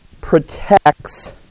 protects